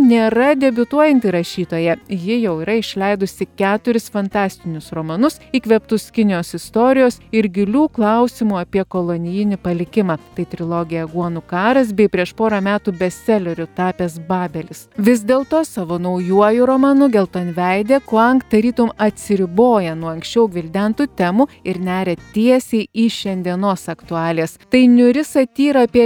nėra debiutuojanti rašytoja ji jau yra išleidusi keturis fantastinius romanus įkvėptus kinijos istorijos ir gilių klausimų apie kolonijinį palikimą tai trilogija aguonų karas bei prieš porą metų bestseleriu tapęs babelis vis dėl to savo naujuoju romanu geltonveidė kuang tarytum atsiriboja nuo anksčiau gvildentų temų ir neria tiesiai į šiandienos aktualijas tai niūri satyra apie